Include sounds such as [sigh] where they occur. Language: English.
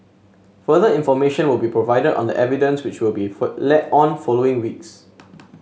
further information will be provided on the evidence which will be [unintelligible] led on following weeks